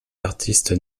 artistes